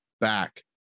back